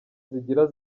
zigira